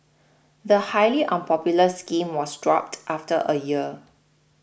the highly unpopular scheme was dropped after a year